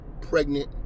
pregnant